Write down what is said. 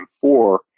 four